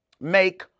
make